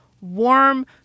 warm